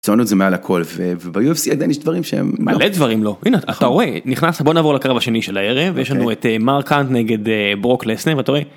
סונות זה מעל הכל ובאיופי עדיין יש דברים שהם דברים לא נכנס בוא נעבור לקרב השני של הערב יש לנו את מרקאנט נגד ברוקלס.